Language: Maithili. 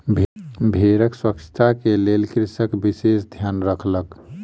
भेड़क स्वच्छता के लेल कृषक विशेष ध्यान रखलक